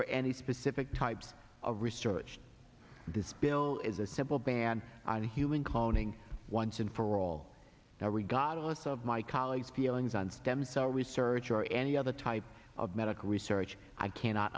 for any specific types of research this bill is a simple ban on human cloning once and for all now regardless of my colleagues feelings on stem cell research or any other type of medical research i cannot